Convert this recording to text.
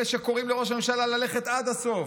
אלה שקוראים לראש הממשלה ללכת עד הסוף,